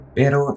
pero